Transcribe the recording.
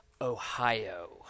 Ohio